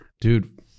Dude